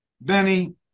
Benny